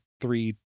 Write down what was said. three